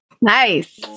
nice